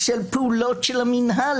פעולות של המינהל,